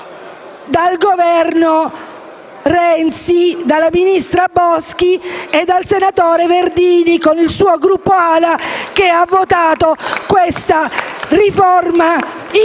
dal Governo Renzi, dalla ministra Boschi e dal senatore Verdini, con il suo Gruppo AL-A che ha votato questa riforma incostituzionale